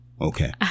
Okay